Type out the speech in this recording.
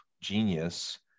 genius